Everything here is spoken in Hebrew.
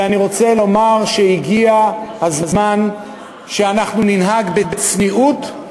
ואני רוצה לומר שהגיע הזמן שאנחנו ננהג בצניעות,